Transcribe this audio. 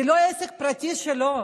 זה לא עסק פרטי שלו,